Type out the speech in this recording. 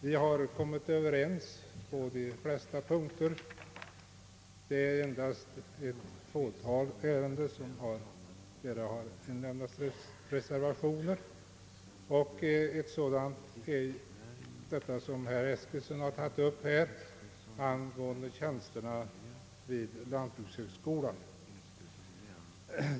Vi har kommit överens på de flesta punkter, det är endast i ett fåtal ärenden det lämnats reservationer. Ett sådant är det som herr Eskilsson tagit upp angående tjänsterna vid lantbrukshögskolan.